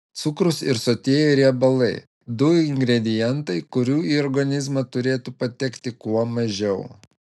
cukrus ir sotieji riebalai du ingredientai kurių į organizmą turėtų patekti kuo mažiau